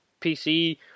PC